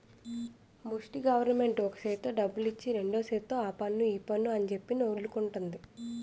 ముస్టి గవరమెంటు ఒక సేత్తో డబ్బులిచ్చి రెండు సేతుల్తో ఆపన్ను ఈపన్ను అంజెప్పి నొల్లుకుంటంది